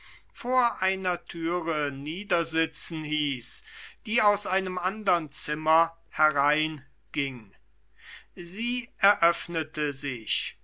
vor einer türe niedersitzen hieß die aus einem andern zimmer hereinging sie eröffnete sich